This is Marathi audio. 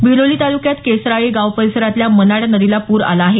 बिलोली तालुक्यात केसराळी गाव परिसरातल्या मन्याड नदीला पूर आला आहे